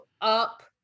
up